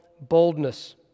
boldness